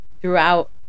throughout